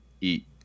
eat